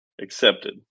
accepted